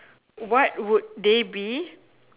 what would they be